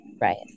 Right